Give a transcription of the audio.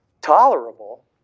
Tolerable